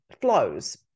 flows